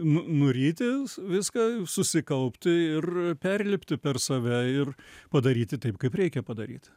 nu nuryti viską susikaupti ir perlipti per save ir padaryti taip kaip reikia padaryt